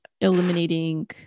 eliminating